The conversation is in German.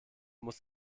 muss